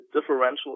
differential